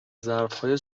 ظرفهای